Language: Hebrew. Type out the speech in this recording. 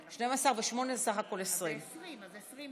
שמונה, בסך הכול 20 בעד,